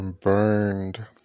burned